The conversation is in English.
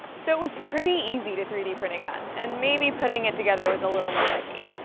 so it was pretty easy to three d print a gun and maybe putting it together was a little more tricky.